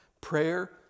Prayer